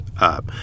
up